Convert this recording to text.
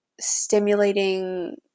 stimulating